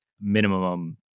minimum